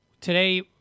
Today